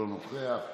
אינו נוכח,